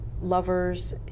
Lovers